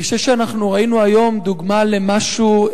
אני חושב שראינו היום דוגמה למשהו,